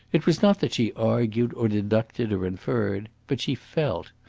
it was not that she argued, or deducted, or inferred. but she felt.